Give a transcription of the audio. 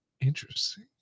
Interesting